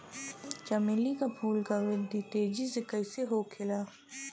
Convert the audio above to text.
चमेली क फूल क वृद्धि तेजी से कईसे होखेला?